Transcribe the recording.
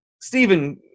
Stephen